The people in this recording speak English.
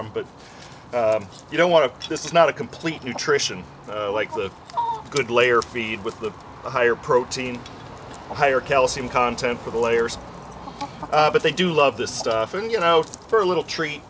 him but you don't want to this is not a complete nutrition like the good layer feed with the higher protein higher calcium content for the layers but they do love this stuff and you know for a little treat